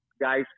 guys